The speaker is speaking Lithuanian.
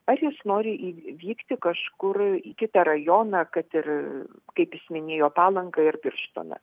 ar jis nori į vykti kažkur į kitą rajoną kad ir kaip jis minėjo palangą ir birštoną